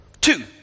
Two